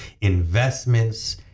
investments